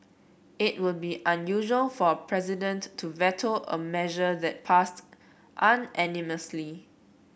it would be unusual for a president to veto a measure that passed unanimously